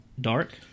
dark